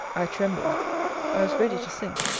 i trembled i was ready to sink.